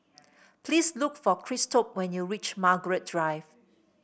please look for Christop when you reach Margaret Drive